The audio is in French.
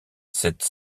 cette